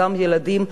גם ילדים,